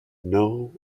know